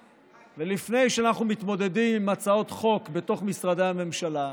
ולפני שאנחנו מתמודדים עם הצעות חוק בתוך משרדי הממשלה,